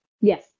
Yes